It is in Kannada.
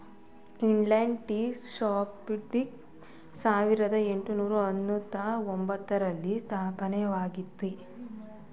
ಇಂಡಿಯನ್ ಟೀ ಅಸೋಶಿಯೇಶನ್ ಸಾವಿರದ ಏಟುನೂರ ಅನ್ನೂತ್ತ ಒಂದರಲ್ಲಿ ಸ್ಥಾಪನೆಯಾಯಿತು